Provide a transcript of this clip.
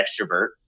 extrovert